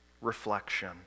reflection